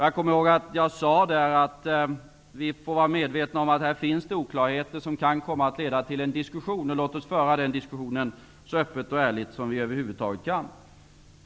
Jag kommer ihåg att jag sade att vi måste vara medvetna om att det fanns oklarheter som kunde komma att leda till en diskussion. Vi måste föra den diskussionen så öppet och ärligt som vi över huvud taget kan.